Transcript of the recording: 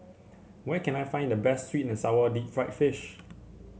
where can I find the best sweet and sour Deep Fried Fish